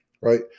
right